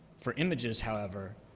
for images however,